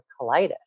colitis